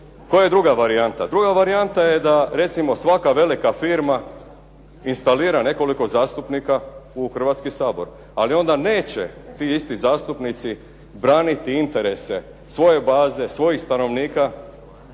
Koja je druga varijanta? Druga varijanta je da recimo svaka velika firma instalira nekoliko zastupnika u Hrvatski sabor, ali onda neće ti isti zastupnici braniti interese svoje baze, svojih stanovnika.